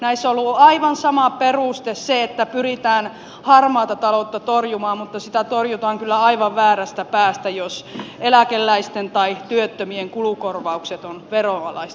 näissä on ollut aivan sama peruste se että pyritään harmaata taloutta torjumaan mutta sitä torjutaan kyllä aivan väärästä päästä jos eläkeläisten tai työttömien kulukorvaukset ovat veronalaista tuloa